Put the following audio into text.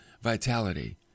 vitality